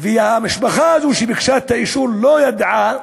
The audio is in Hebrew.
והמשפחה שביקשה את האישור לא ידעה